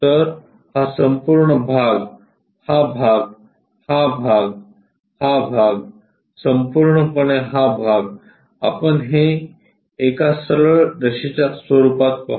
तर हा संपूर्ण भाग हा भाग हा भाग हा भाग संपूर्णपणे हा भाग आपण हे एका सरळ रेषेच्या रूपात पाहू